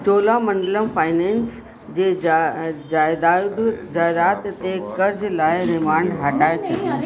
Cholamandalam finance जे जा जाइदाद जाइदाद ते कर्ज़ लाइ रिमांड हटाए छॾियो